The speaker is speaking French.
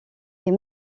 est